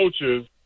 coaches